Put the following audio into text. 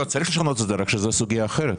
לא, צריך לשנות את זה רק שזה סוגייה אחרת.